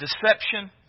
deception